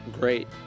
great